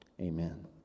Amen